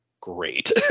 great